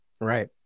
Right